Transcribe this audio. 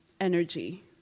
energy